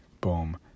Boom